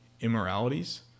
immoralities